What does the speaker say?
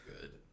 good